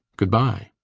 good-bye.